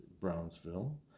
Brownsville